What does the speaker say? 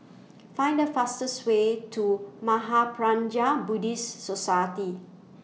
Find The fastest Way to Mahaprajna Buddhist Society